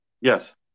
Yes